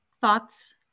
thoughts